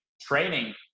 training